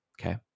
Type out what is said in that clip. Okay